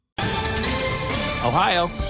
Ohio